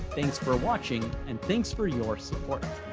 thanks for watching and thanks for your support